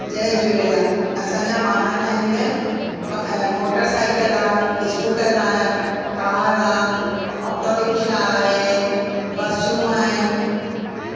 जय झूलेलाल असांजा वाहन आहिनि ब ऐं मोटर साईकिल आहे स्कूटर आहे कार आहे ऑटो रिक्शा आहे बसियूं आहिनि